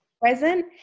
present